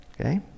Okay